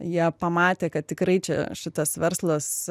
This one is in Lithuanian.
jie pamatė kad tikrai čia šitas verslas